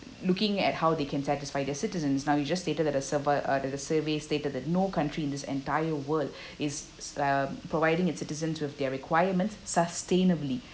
looking at how they can satisfy their citizens now you just stated that a surve~ uh the the survey stated that no country in this entire world is s~ um providing its citizens with their requirements sustainably